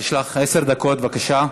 יש לך עשר דקות, בבקשה.